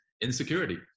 insecurity